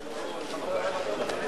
(תיקון מס'